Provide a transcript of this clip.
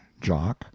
jock